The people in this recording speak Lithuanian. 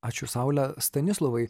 ačiū saule stanislovai